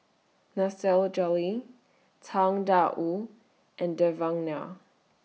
Nasir Jalil Tang DA Wu and Devan Nair